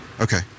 Okay